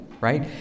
right